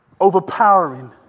overpowering